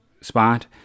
spot